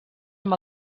amb